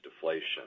deflation